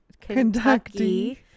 Kentucky